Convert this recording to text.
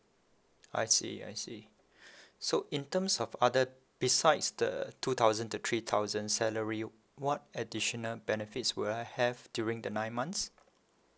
I see I see so in terms of other besides the two thousand to three thousand salary what additional benefits would I have during the nine months